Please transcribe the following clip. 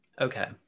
Okay